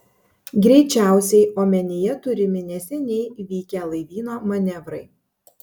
greičiausiai omenyje turimi neseniai vykę laivyno manevrai